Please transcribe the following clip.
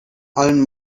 allen